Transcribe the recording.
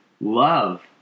love